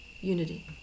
unity